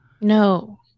No